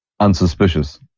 unsuspicious